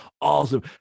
Awesome